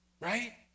right